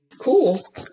cool